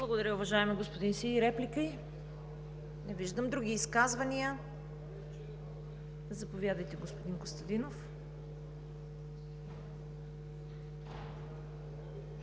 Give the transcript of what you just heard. Благодаря, уважаеми господин Сиди. Реплики? Не виждам. Други изказвания? Заповядайте, господин Костадинов.